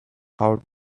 out